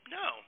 no